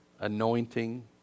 anointing